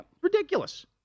Ridiculous